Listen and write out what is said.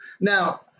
Now